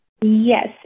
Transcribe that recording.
Yes